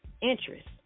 interest